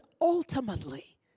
ultimately